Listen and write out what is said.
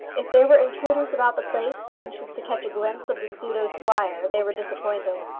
if there were intruders about the place anxious to catch a glimpse of the pseudo-squire, they were disappointed.